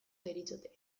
deritzote